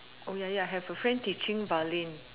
oh ya ya I have a friend teaching violin